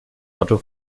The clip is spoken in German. otto